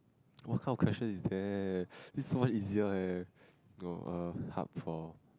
what kind of question is that this one easier eh oh err hub for